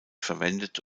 verwendet